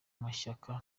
mashyaka